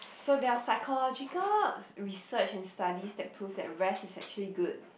so there are psychological research and studies that proves that rest is actually good